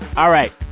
all right.